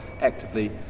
actively